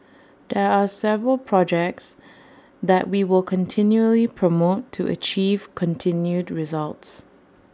there are several projects that we will continually promote to achieve continued results